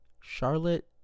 Charlotte